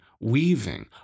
weaving